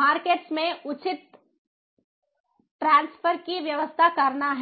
markets में उचित transfer की व्यवस्था करना है